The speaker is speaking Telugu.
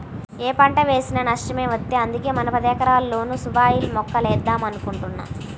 యే పంట వేసినా నష్టమే వత్తంది, అందుకే మన పదెకరాల్లోనూ సుబాబుల్ మొక్కలేద్దాం అనుకుంటున్నా